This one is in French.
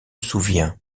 souviens